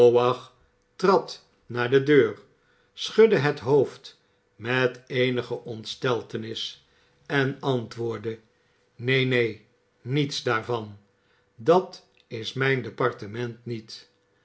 trad naar de deur schudde het hoofd met eenige ontsteltenis en antwoordde neen neen niets daarvan dat is mijn departement niet